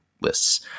lists